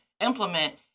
implement